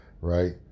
right